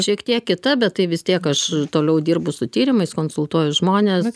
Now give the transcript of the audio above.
šiek tiek kita bet tai vis tiek aš toliau dirbu su tyrimais konsultuoju žmones